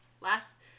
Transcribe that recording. Last